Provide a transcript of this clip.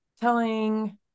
telling